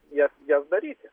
jas jas daryti